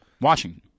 Washington